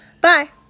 Bye